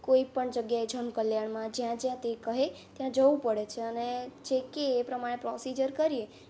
કોઇપણ જગ્યાએ જનકલ્યાણમાં જ્યાં જ્યાં તે કહે ત્યાં ત્યાં જવું પડે છે અને જે કહે એ પ્રમાણે પ્રોસિજર કરી